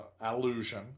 allusion